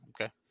Okay